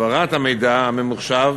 העברת המידע הממוחשב